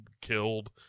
killed